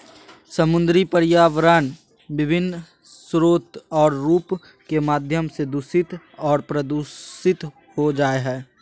समुद्री पर्यावरण विभिन्न स्रोत और रूप के माध्यम से दूषित और प्रदूषित हो जाय हइ